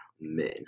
men